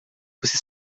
você